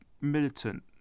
militant